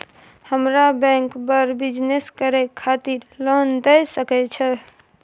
हमरा बैंक बर बिजनेस करे खातिर लोन दय सके छै?